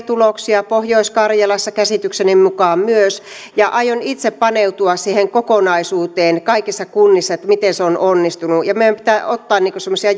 tuloksia pohjois karjalassa käsitykseni mukaan myös ja aion itse paneutua siihen kokonaisuuteen kaikissa kunnissa että miten se on onnistunut meidän pitää ottaa semmoisia